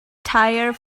tire